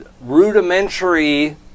rudimentary